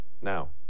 Now